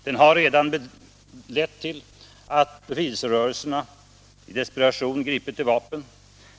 Den har redan lett till att befrielserörelserna i desperation gripit till vapen.